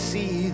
See